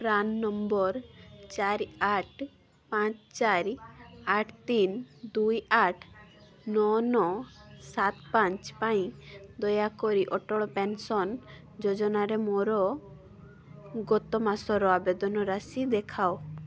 PRAN number ଚାରି ଆଠ ପାଞ୍ଚ ଚାରି ଆଠ ତିନି ଦୁଇ ଆଠ ନଅ ନଅ ସାତ ପାଞ୍ଚ ପାଇଁ ଦୟାକରି ଅଟଳ ପେନ୍ସନ୍ ଯୋଜନାରେ ମୋର ଗତ ମାସର ଅବଦାନ ରାଶି ଦେଖାଅ